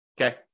Okay